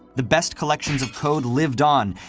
the best collections of code lived on,